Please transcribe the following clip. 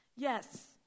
Yes